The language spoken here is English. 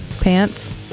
pants